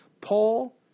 Paul